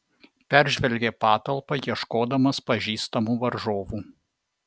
peržvelgė patalpą ieškodamas pažįstamų varžovų